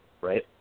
right